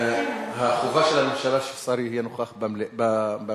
החובה של הממשלה היא ששר יהיה נוכח במליאה,